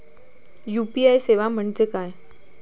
UPI सेवा म्हणजे काय?